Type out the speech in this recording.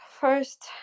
first